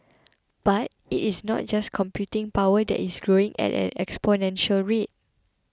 but it is not just computing power that is growing at an exponential rate